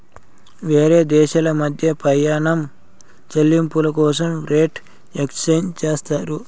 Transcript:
వేరే దేశాల మధ్య ప్రయాణం చెల్లింపుల కోసం రేట్ ఎక్స్చేంజ్ చేస్తారు